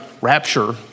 Rapture